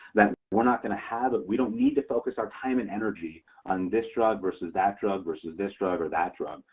that we're not gonna have it, we don't need to focus our time and energy on this drug versus that drug versus this drug or that drug.